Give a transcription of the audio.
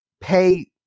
pay